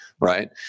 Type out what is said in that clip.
right